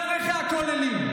באברכי הכוללים.